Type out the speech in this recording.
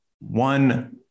one